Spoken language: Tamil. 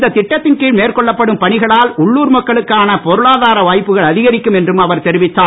இந்த திட்டத்தின் கீழ் மேற்கொள்ளப்படும் பணிகளால் உள்ளுர் மக்களுக்கான பொருளாதார வாய்ப்புகள் அதிகரிக்கும் என்றும் அவர் தெரிவித்தார்